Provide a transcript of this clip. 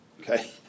Okay